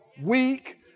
weak